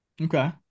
Okay